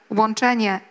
łączenie